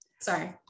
sorry